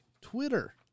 Twitter